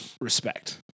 respect